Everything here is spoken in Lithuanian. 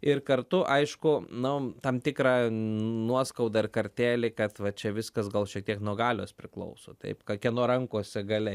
ir kartu aišku nu tam tikrą nuoskaudą ir kartėlį kad va čia viskas gal šiek tiek nuo galios priklauso taip kieno rankose galia